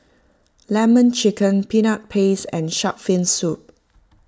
Lemon Chicken Peanut Paste and Shark's Fin Soup